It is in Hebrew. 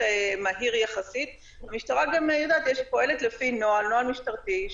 מדוע המשטרה צריכה 90 יום ו-14 יום.